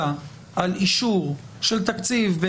נציגי כל סיעות הבית הזה, דנים בהצעת התקציב.